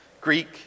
Greek